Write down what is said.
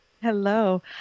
Hello